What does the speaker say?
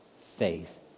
faith